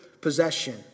possession